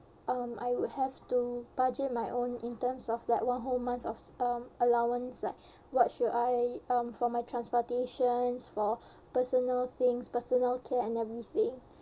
um I would have to budget my own in terms of that one whole month of allowance like what should I um for my transportations for personal things personal care and everything